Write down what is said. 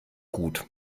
gut